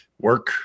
Work